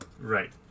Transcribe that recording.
Right